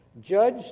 Judge